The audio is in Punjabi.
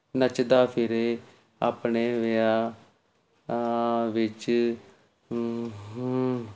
ਨੱਚਦਾ ਫਿਰੇ ਆਪਣੇ ਵਿਆਹ ਵਿੱਚ ਊ ਹੂ